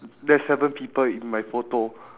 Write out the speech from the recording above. there's seven people in my photo